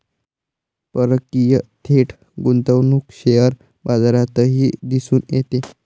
परकीय थेट गुंतवणूक शेअर बाजारातही दिसून येते